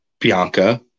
Bianca